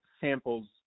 samples